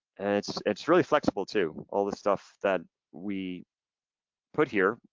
and it's it's really flexible to all the stuff that we put here.